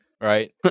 right